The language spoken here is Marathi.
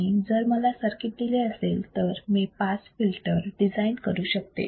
आणि जर मला सर्किट दिले असेल तर मी पास फिल्टर डिझाईन करू शकते